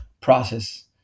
process